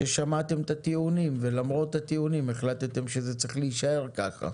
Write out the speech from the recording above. ששמעתם את הטיעונים ולמרות הטיעונים החלטתם שזה צריך להישאר ככה.